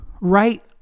right